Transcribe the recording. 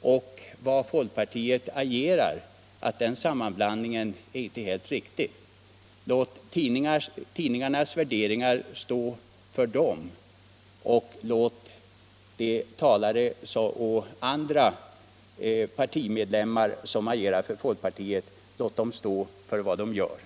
och hur folkpartiet agerar inte är helt riktig. Låt tidningarnas värderingar stå för dem och låt talare och övriga som agerar för folkpartiet stå för vad de gör.